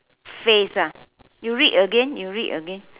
phase ah you read again you read again